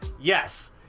yes